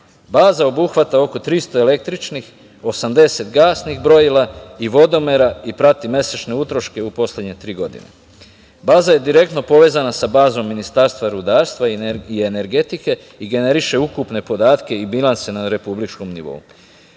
Baza obuhvata oko 300 električnih, 80 gasnih brojila i vodomera i prati mesečne utroške u poslednje tri godine. Baza je direktno povezana sa bazom Ministarstva rudarstva i energetike, i generiše ukupne podatke i bilanse na republičkom nivou.